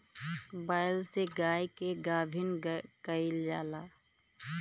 बैल से गाय के गाभिन कइल जाला